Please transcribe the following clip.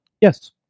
Yes